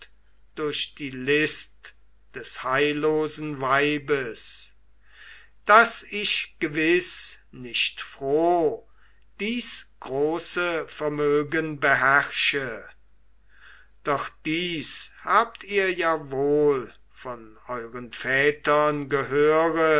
durch die list des heillosen weibes daß ich gewiß nicht froh dies große vermögen beherrsche doch dies habt ihr ja wohl von euren vätern gehöret